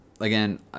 Again